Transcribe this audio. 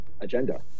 agenda